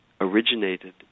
originated